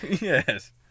Yes